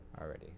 already